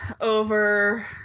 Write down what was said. Over